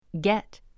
get